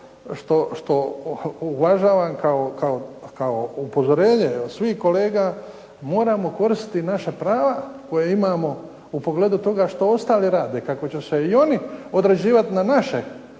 što uvažavam kao upozorenje svih kolega moramo koristiti naša prava koja imamo u pogledu toga što ostali rade. Kako će se i oni određivati na naše